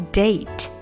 date